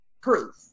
proof